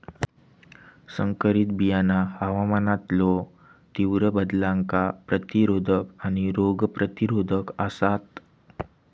संकरित बियाणा हवामानातलो तीव्र बदलांका प्रतिरोधक आणि रोग प्रतिरोधक आसात